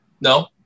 No